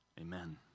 amen